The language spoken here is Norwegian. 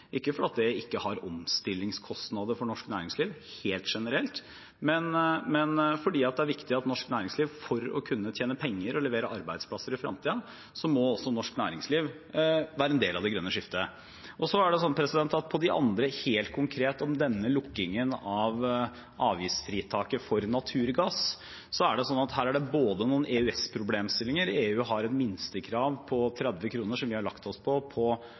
ikke fordi det ikke har omstillingskostnader for norsk næringsliv helt generelt, men fordi det er viktig at norsk næringsliv er en del av det grønne skiftet for å kunne tjene penger og levere arbeidsplasser i fremtiden. Helt konkret om denne lukkingen av avgiftsfritaket for naturgass er det noen EØS-problemstillinger her – EU har et minstekrav på 30 kr, som vi har lagt oss på, som man må ha i CO 2 -avgift. Det er også sånn, som jeg viste til tidligere, at finanskomiteen har sagt de ønsker at Finansdepartementet, som er konstitusjonelt ansvarlig, skal se på